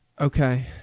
Okay